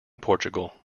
portugal